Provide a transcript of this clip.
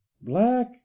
black